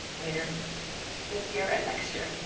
later this year and next year.